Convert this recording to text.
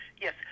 yes